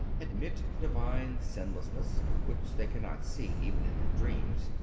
admit divine sinlessness, which they cannot see even in their dreams.